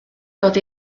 dod